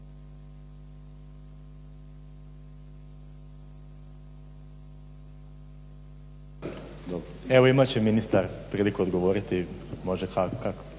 Evo imat će ministar priliku odgovoriti može